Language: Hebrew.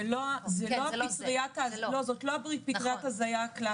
זה לא פטריית ההזיה הקלאסית,